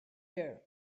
here